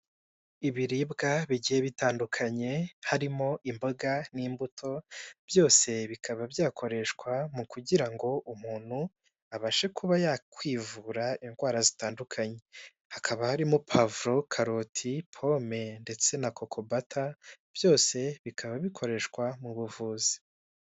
Ibiribwa bigiye bitandukanye harimo imboga n'imbuto, byose bikaba byakoreshwa mu kugira ngo umuntu abashe kuba yakwivura indwara zitandukanye, hakaba harimo puwavuro, karoti pome, ndetse na kokobata, byose bikaba bikoreshwa mu buvuzi.